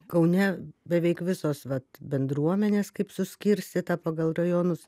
kaune beveik visos vat bendruomenės kaip suskirstyta pagal rajonus